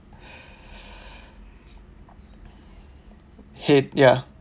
hate ya